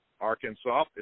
Arkansas